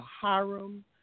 Hiram